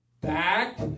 Back